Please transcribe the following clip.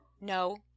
No